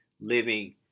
living